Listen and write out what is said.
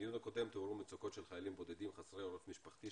בדיון הקודם התעורר מצוקות של חיילים בודדים חסרי עורף משפחתי,